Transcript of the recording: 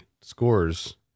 scores